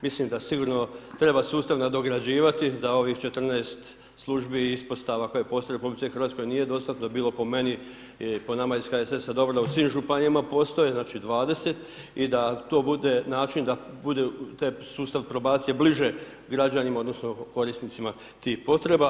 Mislim da sigurno treba sustav nadograđivati da ovih 14 službi i ispostava koje postoje u RH nije dostatno, bilo bi po meni, po nama iz HSS-a dobro da u svim županijama postoje, znači 20 i da to bude način da bude taj sustav probacije bliže građanima odnosno korisnicima tih potreba.